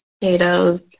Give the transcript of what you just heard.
potatoes